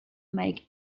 make